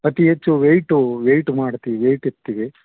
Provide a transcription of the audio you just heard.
ಅತೀ ಹೆಚ್ಚು white white ಮಾಡ್ತೀವಿ ವೈಟೆತ್ತತಿವಿ